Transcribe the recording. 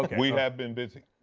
like we have been busy.